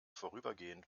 vorübergehend